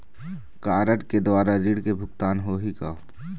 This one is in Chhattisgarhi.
कारड के द्वारा ऋण के भुगतान होही का?